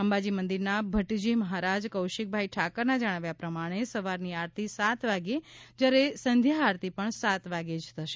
અંબાજી મંદિરના ભટ્ટજી મહારાજ કૌશિકભાઇ ઠાકરના જણાવ્યા પ્રમાણે સવારની આરતી સાત વાગ્યે જયારે સંધ્યા આરતી પણ સાત વાગ્યે જ થશે